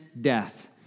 death